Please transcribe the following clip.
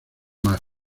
más